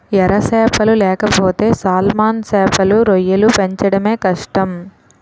ఎర సేపలు లేకపోతే సాల్మన్ సేపలు, రొయ్యలు పెంచడమే కష్టం